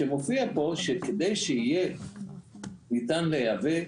שמופיע פה שכדי שיהיה ניתן לייבא,